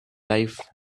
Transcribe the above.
life